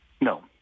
No